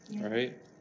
Right